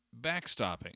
backstopping